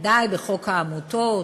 ודאי בחוק העמותות